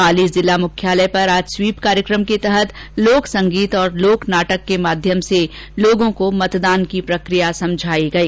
पाली जिला मुख्यालय पर आज स्वीप कार्यक्रम के तहत लोक संगीत और लोक नाटक के माध्यम से लोगों को मतदान की प्रक्रिया समझाई गई